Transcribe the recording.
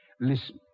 listen